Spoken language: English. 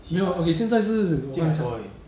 没有 okay 现在是五百